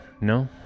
No